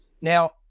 Now